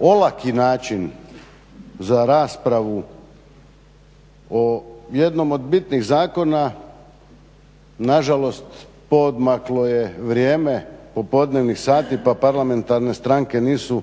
olaki način za raspravu o jednom od bitnih zakona, nažalost poodmaklo je vrijeme popodnevnih sati pa parlamentarne stranke nisu